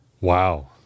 Wow